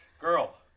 Girl